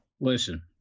Listen